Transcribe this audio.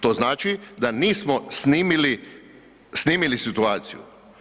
To znači da nismo snimili situaciju.